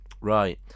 right